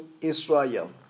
Israel